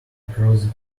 across